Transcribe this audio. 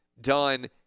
done